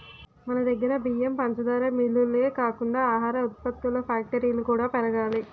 మనదగ్గర బియ్యం, పంచదార మిల్లులే కాకుండా ఆహార ఉత్పత్తుల ఫ్యాక్టరీలు కూడా పెరగాలి